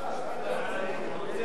את הצעת חוק הרשויות המקומיות (בחירות)